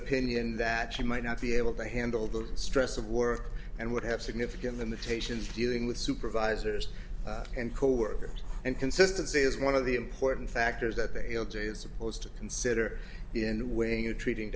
opinion that she might not be able to handle the stress of work and would have significant limitations dealing with supervisors and coworkers and consistency is one of the important factors that the l g is supposed to consider in when you're treating